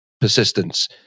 persistence